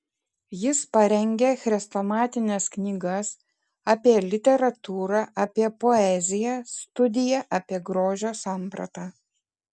jis parengė chrestomatines knygas apie literatūrą apie poeziją studiją apie grožio sampratą